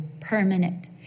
permanent